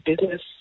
business